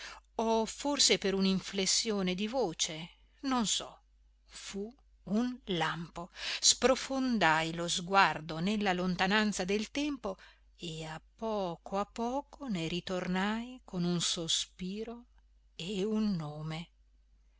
o forse per un'inflessione di voce non so fu un lampo sprofondai lo sguardo nella lontananza del tempo e a poco a poco ne ritornai con un sospiro e un nome